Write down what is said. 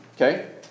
okay